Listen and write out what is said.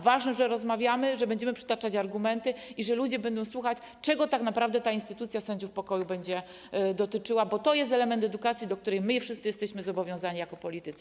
Ważne, że rozmawiamy, że będziemy przytaczać argumenty i że ludzie będą słuchać, czego tak naprawdę ta instytucja sędziów pokoju będzie dotyczyła, bo to jest element edukacji, do której my wszyscy jesteśmy zobowiązani jako politycy.